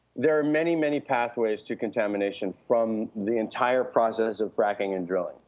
there are many, many pathways to contamination from the entire process of fracking and drilling.